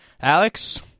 Alex